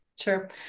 Sure